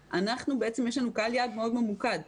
יש לנו קהל יעד מאוד ממוקד,